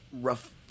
rough